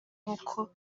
nk’uko